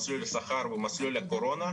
מסלול לשכר ומסלול לקורונה.